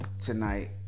tonight